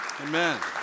Amen